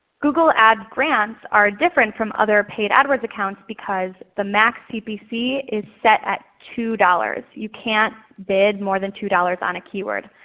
google ads grants are different from other paid adwords accounts because the max cpc is set at two dollars. you can't bid more than two dollars on a keyword.